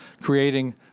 creating